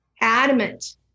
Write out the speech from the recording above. adamant